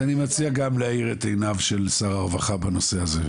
אז אני מציע גם להאיר את עיניו של שר הרווחה בנושא הזה,